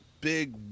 big